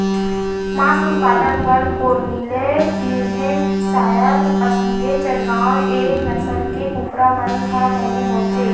मांस उत्पादन बर कोरनिलए न्यूहेपसायर, असीलए चटगाँव ए नसल के कुकरा मन ह बने होथे